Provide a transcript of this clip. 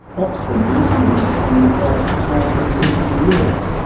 oxford recently became the first tar free city in europe.